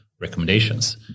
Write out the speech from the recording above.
recommendations